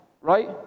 right